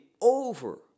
over